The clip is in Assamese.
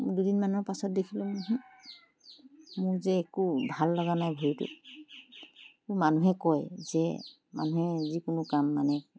দুদিন মানৰ পাছত দেখিলোঁ মোৰ যে একো ভাল লগা নাই ভৰিটো মানুহে কয় যে মানুহে যিকোনো কাম মানে